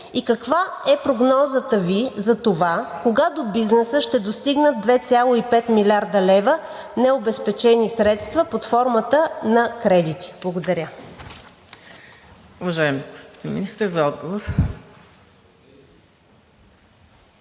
каква е прогнозата Ви за това кога до бизнеса ще достигнат 2,5 млрд. лв. необезпечени средства под формата на кредити? Благодаря.